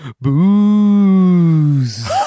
booze